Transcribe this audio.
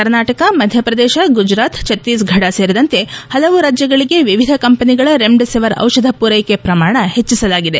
ಕರ್ನಾಟಕ ಮಧ್ಯಪ್ರದೇಶ ಗುಜರಾತ್ ಛತ್ತೀಸ್ಗಢ ಸೇರಿದಂತೆ ಹಲವು ರಾಜ್ಯಗಳಿಗೆ ವಿವಿಧ ಕಂಪನಿಗಳ ರೆಮ್ಡಿಸಿವಿರ್ ದಿಷಧ ಪೂರೈಕೆ ಪ್ರಮಾಣ ಹೆಚ್ಚಸಲಾಗಿದೆ